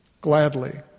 gladly